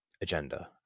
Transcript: agenda